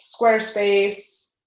Squarespace